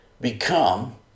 become